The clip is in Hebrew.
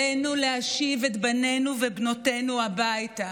עלינו להשיב את בנינו ובנותינו הביתה.